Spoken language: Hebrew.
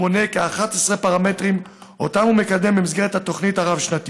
ומונה כ-11 פרמטרים שאותם הוא מקדם במסגרת התוכנית הרב-שנתית.